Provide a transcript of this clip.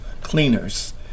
cleaners